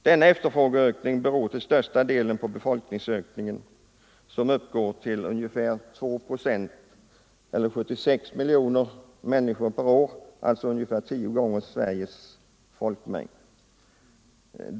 Denna efterfrågeökning beror till största delen på befolkningsökningen, som uppgår till ungefär 2 procent eller 76 miljoner människor per år, alltså ungefär tio gånger Sveriges folkmängd.